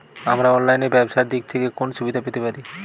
আমরা অনলাইনে ব্যবসার দিক থেকে কোন সুবিধা পেতে পারি?